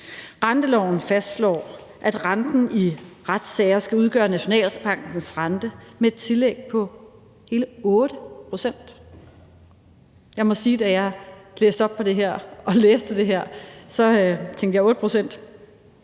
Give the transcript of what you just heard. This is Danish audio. Renteloven fastslår, at renten i retssager skal udgøre Nationalbankens rente med et tillæg på hele 8 pct. Jeg må sige, at da jeg læste op på det her og læste det her, tænkte jeg: 8 pct.